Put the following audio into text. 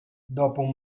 dopo